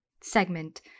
segment